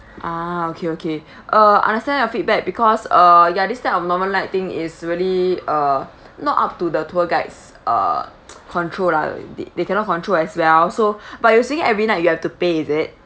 ah okay okay uh understand your feedback because uh ya this type of normal light thing is really uh not up to the tour guides uh control lah they they cannot control as well so but you are saying every night you have to pay is it